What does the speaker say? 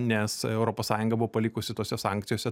nes europos sąjunga buvo palikusi tose sankcijose